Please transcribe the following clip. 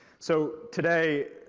so today,